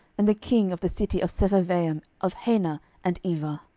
and the king of the city of sepharvaim, of hena, and ivah?